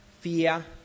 fear